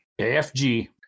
AFG